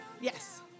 Yes